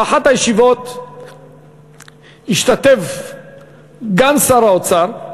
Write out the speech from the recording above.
באחת הישיבות השתתפו גם שר האוצר,